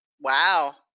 Wow